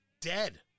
dead